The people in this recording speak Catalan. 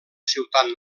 ciutat